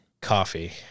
coffee